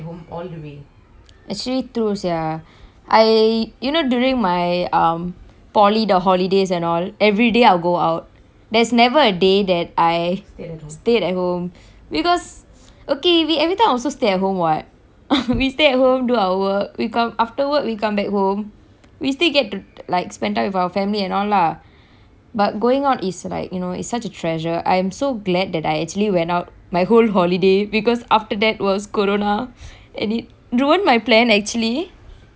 actually true sia I you know during my um poly the holidays and all everyday I'll go out there's never a day that I stayed at home because okay we every time also stay at home [what] we stay at home do our work we come after work we come back home we still get to like spend time with our family and all lah but going out it's like you know it's such a treasure I am so glad that I actually went out my whole holiday because after that was corona and it ruin my plan actually ya